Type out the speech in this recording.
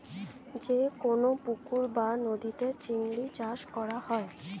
যে কোন পুকুর বা নদীতে চিংড়ি চাষ করা হয়